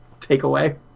takeaway